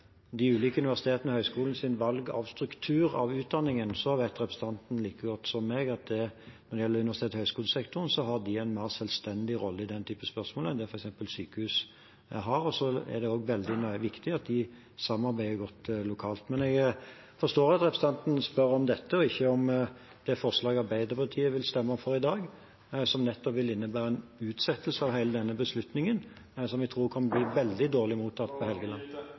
de ulike universitetene og høyskolenes valg av struktur på utdanningen, vet representanten like godt som meg at universitets- og høyskolesektoren har en mer selvstendig rolle i den typen spørsmål enn det f.eks. sykehusene har. Det er også veldig viktig at de samarbeider godt lokalt. Men jeg forstår at representanten spør om dette og ikke om det forslaget Arbeiderpartiet vil stemme for i dag, som nettopp vil innebære en utsettelse av hele denne beslutningen, noe jeg tror kan bli veldig dårlig mottatt.